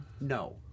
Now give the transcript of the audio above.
No